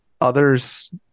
Others